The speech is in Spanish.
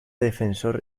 defensor